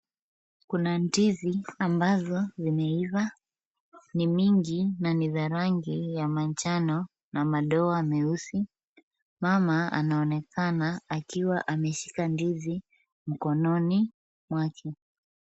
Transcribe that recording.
Kuna ndizi ambazo zimeiva, ni mingi na ni za rangi ya manjano na madoa meusi. Mama anaonekana akiwa ameshika ndizi mkononi mwake.